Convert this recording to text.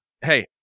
Hey